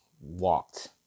walked